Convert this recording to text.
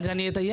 אז אני אדייק.